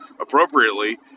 appropriately